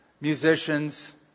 musicians